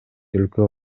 өлкө